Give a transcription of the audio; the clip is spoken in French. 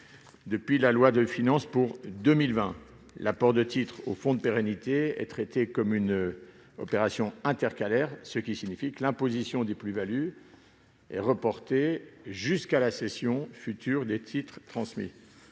Depuis la loi de finances pour 2020, l'apport de titres au fonds de pérennité est traité comme une opération intercalaire, ce qui signifie que l'imposition des plus-values est reportée jusqu'à la cession future des titres transmis.